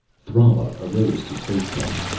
thrala arose to face them.